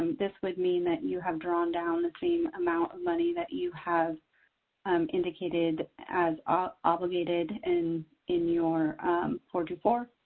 um this would mean that you have drawn down the same amount of money that you have indicated as ah obligated in in your four to four.